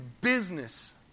business